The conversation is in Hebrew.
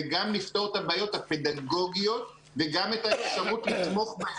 כדי לפתור את הבעיות הפדגוגית וגם כדי שתהיה אפשרות לתמוך בהם.